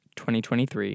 2023